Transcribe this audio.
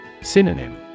Synonym